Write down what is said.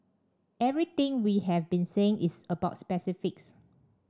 everything we have been saying is about specifics